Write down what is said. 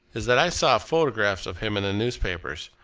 is that i saw photographs of him in the newspapers,